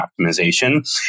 optimization